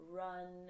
run